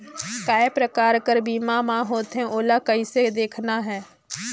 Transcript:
काय प्रकार कर बीमा मा होथे? ओला कइसे देखना है?